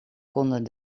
konden